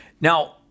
Now